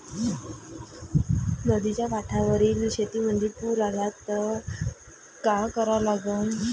नदीच्या काठावरील शेतीमंदी पूर आला त का करा लागन?